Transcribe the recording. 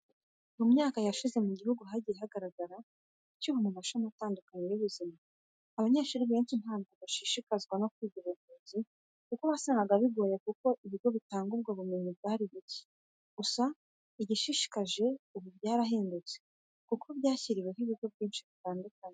Mu myaka yashize mu gihugu hagiye hagaragara icyuho mu mashami atandukanye y'ubuzima. Abanyeshuri benshi ntabwo bashishikazwa no kwiga ubuvuzi kuko wasangaga bigoye kuko ibigo bitanga ubwo bumenyi bwari buke. Gusa igishishikaje ubu byarahindutse kuko bashyiriweho ibigo byinshi bitandukanye.